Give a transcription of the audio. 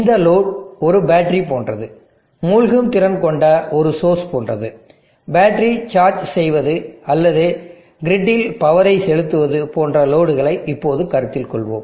இந்த லோடு ஒரு பேட்டரி போன்றது மூழ்கும் திறன் கொண்ட ஒரு சோர்ஸ் போன்றது பேட்டரி சார்ஜ் செய்வது அல்லது கிரிடில் பவரை செலுத்துவது போன்ற லோடுகளை இப்போது கருத்தில் கொள்வோம்